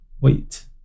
Wait